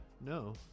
No